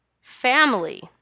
family